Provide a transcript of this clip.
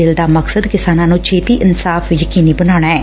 bill ਦਾ ਮਕਸਦ ਕਿਸਾਨਾਂ ਨੂੰ ਛੇਤੀ ਇਨਸਾਫ ਯਕੀਨੀ ਬਣਾਉਣਾ ਐ